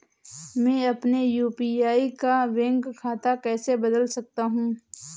मैं अपने यू.पी.आई का बैंक खाता कैसे बदल सकता हूँ?